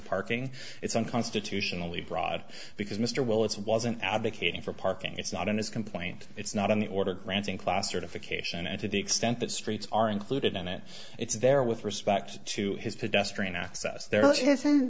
parking it's unconstitutionally broad because mr well it wasn't advocating for parking it's not in his complaint it's not on the order granting class certification and to the extent that streets are included in it it's there with respect to his